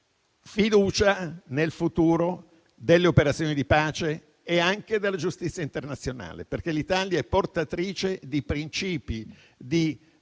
fiducia nel futuro delle operazioni di pace e anche nella giustizia internazionale. L'Italia è infatti portatrice di principi di